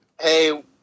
hey